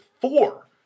four